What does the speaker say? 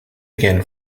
again